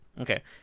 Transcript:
Okay